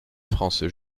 france